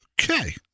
Okay